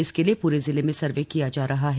इसके लिए पूरे जिले में सर्वे किया जा रहा है